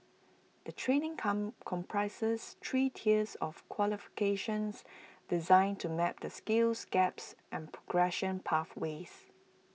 the training come comprises three tiers of qualifications designed to map the skills gaps and progression pathways